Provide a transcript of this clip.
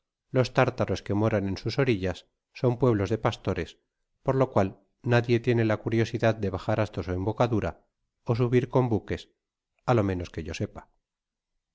los tártaros que moran en sus orillas son pueblos de pastores por lo cual nadie tiene la curiosidad de bajar hasta su embocadura ó subir con buques á lo menos que yo sepa